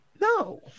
No